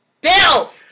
Bill